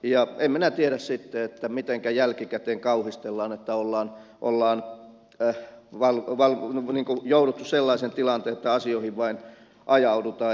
en minä tiedä sitten että mitenkä jälkikäteen kauhistellaan että ollaan jouduttu sellaiseen tilanteeseen että asioihin vain ajaudutaan